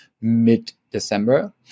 mid-December